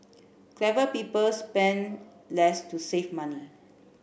clever people spend less to save money